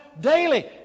daily